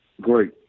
great